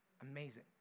Amazing